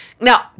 Now